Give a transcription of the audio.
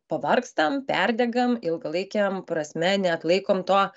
pavargstam perdegam ilgalaikiam prasme neatlaikom to